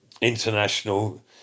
international